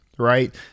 Right